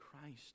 Christ